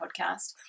podcast